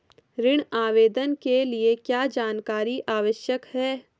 ऋण आवेदन के लिए क्या जानकारी आवश्यक है?